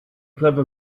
clever